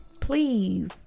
Please